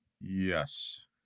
yes